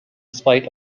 spite